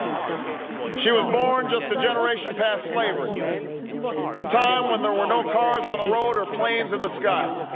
she was born just a generation passed slavery a time when there were no cars on the road or planes in the sky